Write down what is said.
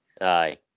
Aye